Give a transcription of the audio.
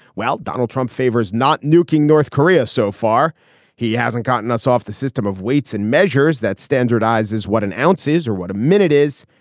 well donald trump favors not nuking north korea. so far he hasn't gotten us off the system of weights and measures that standardize what an ounce is or what a minute is.